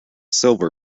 silver